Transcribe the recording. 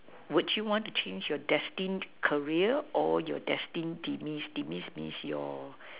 would you want to change your destined career or your destined demise demise means your